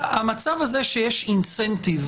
המצב הזה שיש אינסנטיב